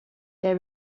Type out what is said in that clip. they